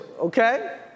okay